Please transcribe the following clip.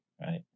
right